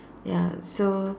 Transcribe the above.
ya so